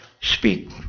speak